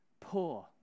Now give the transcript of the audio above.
poor